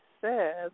says